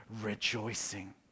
rejoicing